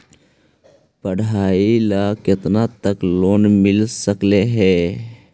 पढाई ल केतना तक लोन मिल सकले हे?